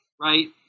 right